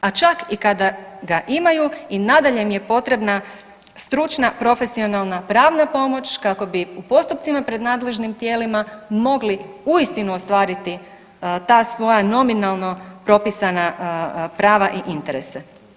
A čak i kada ga imaju i nadalje im je potrebna stručna profesionalna pravna pomoć kako bi u postupcima pred nadležnim tijelima mogli uistinu ostvariti ta svoja nominalno propisana prava i interese.